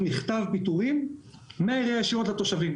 מכתב פיטורים מהעירייה ישירות לתושבים.